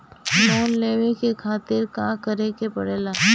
Loan लेवे के खातिर का करे के पड़ेला?